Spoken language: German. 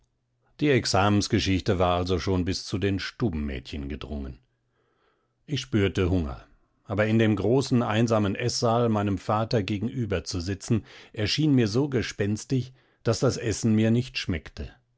die examengeschichte war also schon bis zu den stubenmädchen gedrungen ich spürte hunger aber in dem großen einsamen eßsaal meinem vater gegenüberzusitzen erschien mir so gespenstig daß das essen mir nicht schmeckte